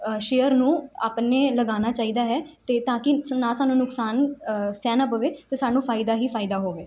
share ਨੂੰ ਆਪਣੇ ਲਗਾਉਣਾ ਚਾਹੀਦਾ ਹੈ ਅਤੇ ਤਾਂ ਕਿ ਨਾ ਸਾਨੂੰ ਨੁਕਸਾਨ ਸਹਿਣਾ ਪਵੇ ਅਤੇ ਸਾਨੂੰ ਫਾਇਦਾ ਹੀ ਫਾਇਦਾ ਹੋਵੇ